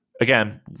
again